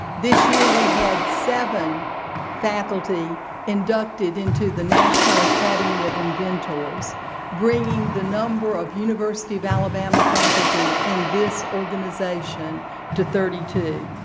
this year we had seven faculty inducted into the national academy of inventors bringing the number of university of alabama faculty in this organization to thirty two.